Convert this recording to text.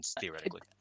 theoretically